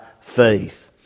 faith